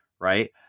right